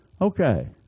Okay